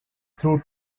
through